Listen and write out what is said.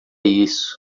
isso